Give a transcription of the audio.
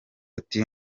ati